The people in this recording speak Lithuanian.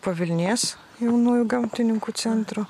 pavilnės jaunųjų gamtininkų centro